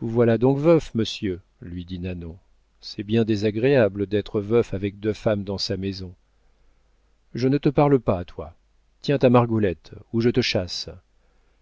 vous voilà donc veuf monsieur lui dit nanon c'est bien désagréable d'être veuf avec deux femmes dans sa maison je ne te parle pas à toi tiens ta margoulette ou je te chasse